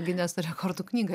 gineso rekordų knygą